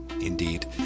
indeed